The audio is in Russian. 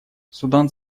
судан